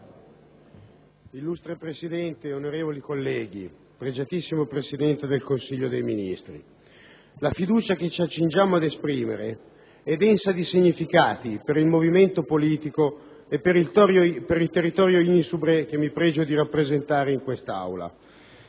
Illustre Presidente, onorevoli colleghi, pregiatissimo Presidente del Consiglio dei ministri, la fiducia che ci accingiamo ad esprimere è densa di significati per il movimento politico e per il territorio insubre che mi pregio di rappresentare in quest'Aula.